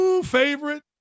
favorite